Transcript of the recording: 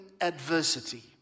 Adversity